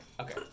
Okay